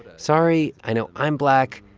sorry, i know i'm black,